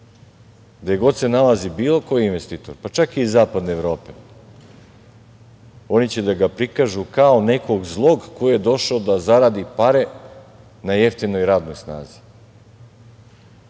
Gde god se nalazi bilo koji investitor, pa čak i iz zapadne Evrope, oni će da ga prikažu kao nekog zlog ko je došao da zaradi pare na jeftinoj radnoj snazi.